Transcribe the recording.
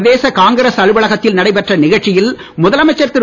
பிரதேச காங்கிரஸ் அலுவலகத்தில் நடைபெற்ற நிகழ்ச்சியில் முதலமைச்சர் திரு